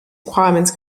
requirements